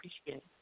appreciate